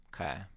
Okay